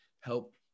help